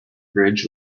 bridge